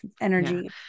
energy